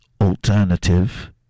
alternative